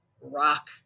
rock